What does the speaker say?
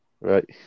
Right